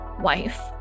wife